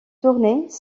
tournées